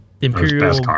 Imperial